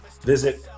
visit